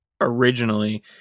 originally